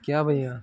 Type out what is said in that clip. क्या भैया